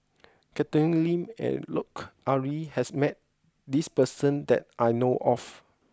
Catherine Lim and Lut Ali has met this person that I know of